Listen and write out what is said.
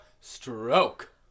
stroke